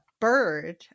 bird